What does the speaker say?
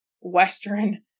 western